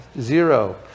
zero